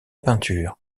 peinture